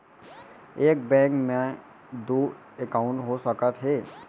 एक बैंक में दू एकाउंट हो सकत हे?